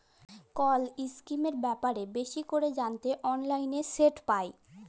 call ইসকিমের ব্যাপারে বেশি ক্যরে জ্যানতে অললাইলে সেট পায়